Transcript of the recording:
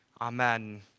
Amen